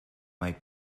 might